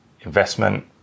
investment